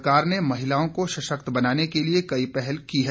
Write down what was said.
सरकार ने महिलाओं को सशक्त बनाने के लिए कई पहल की हैं